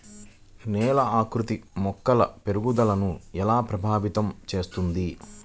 నేల ఆకృతి మొక్కల పెరుగుదలను ఎలా ప్రభావితం చేస్తుంది?